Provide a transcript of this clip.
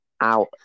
out